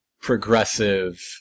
progressive